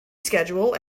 schedule